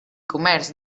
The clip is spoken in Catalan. comerç